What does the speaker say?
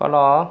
hello